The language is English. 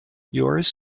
yours